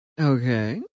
Okay